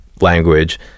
language